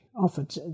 offered